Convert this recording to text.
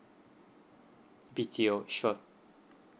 B_T_O sure